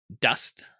dust